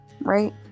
right